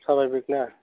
साभाबिक ना